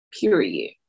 Period